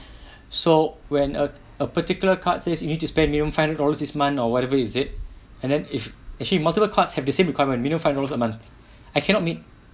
so when a a particular card says you need to spend you know five hundred dollars this month or whatever is it and then if actually multiple cards have the same requirement minimum five hundreds a month I cannot meet